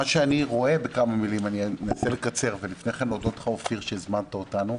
אני מבקש להודות לך, אופיר סופר, שהזמנת אותנו.